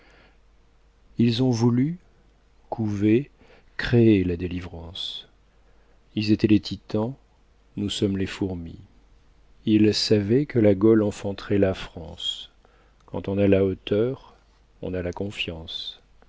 ils ont voulu couvé créé la délivrance ils étaient les titans nous sommes les fourmis ils savaient que la gaule enfanterait la france quand on a la hauteur on a la confiance